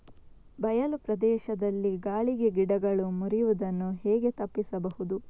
ಬಯಲು ಪ್ರದೇಶದಲ್ಲಿ ಗಾಳಿಗೆ ಗಿಡಗಳು ಮುರಿಯುದನ್ನು ಹೇಗೆ ತಪ್ಪಿಸಬಹುದು?